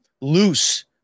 loose